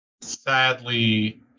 Sadly